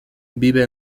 vive